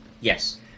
Yes